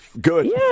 Good